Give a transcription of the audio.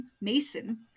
Mason